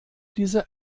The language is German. dieser